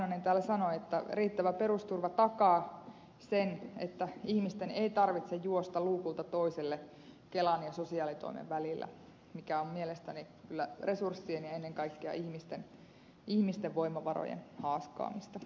pentti oinonen täällä sanoi että riittävä perusturva takaa sen että ihmisten ei tarvitse juosta luukulta toiselle kelan ja sosiaalitoimen välillä mikä on mielestäni kyllä resurssien ja ennen kaikkea ihmisten voimavarojen haaskaamista